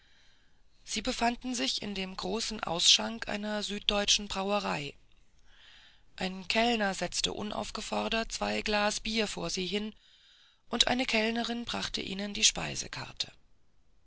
sie befanden sich in dem großen ausschank einer süddeutschen brauerei ein kellner setzte unaufgefordert zwei glas bier vor sie hin und eine kellnerin brachte ihnen die